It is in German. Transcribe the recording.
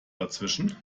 dazwischen